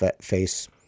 face